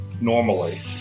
normally